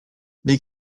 les